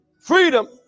Freedom